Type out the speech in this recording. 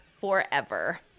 forever